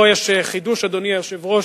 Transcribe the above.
פה יש חידוש, אדוני היושב-ראש.